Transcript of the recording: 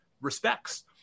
respects